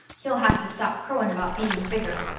he'll have to stop crowing about being bigger.